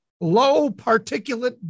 low-particulate